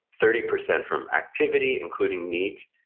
thirty percent from activity, including neat,